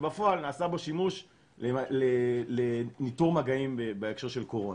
ובפועל נעשה בו שימוש לאיתור מגעים בהקשר של קורונה.